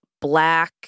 black